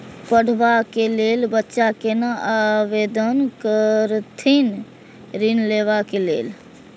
पढ़वा कै लैल बच्चा कैना आवेदन करथिन ऋण लेवा के लेल?